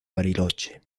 bariloche